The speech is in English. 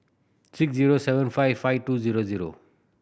six zero seven five five two zero zero